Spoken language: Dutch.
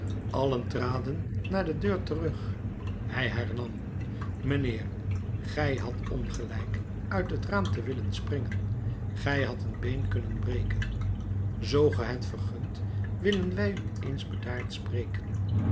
allen traden naar de deur terug hij hernam mijnheer gij hadt ongelijk uit het raam te willen springen gij hadt een been kunnen breken zoo ge het vergunt willen wij nu eens bedaard spreken